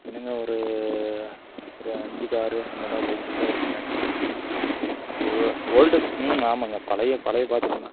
என்னங்க ஒரு ஒரு அஞ்சிக்கு ஆறு அந்தமாதிரி ரேஞ்சில் தான் இருக்குதுன்னு நினைக்கிறேன் ஒரு ஓல்டு ம் ஆமாங்க பழைய பழைய பாத்ரூம் தான்